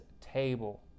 table